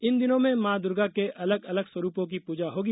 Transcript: इन दिनों में मां दुर्गा के अलग अलग स्वरूपों की पूजा होगी